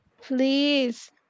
please